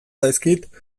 zaizkit